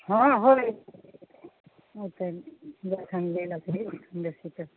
हँ होइ होतै जखन जे लकड़ी लेतै तऽ